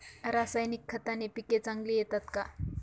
रासायनिक खताने पिके चांगली येतात का?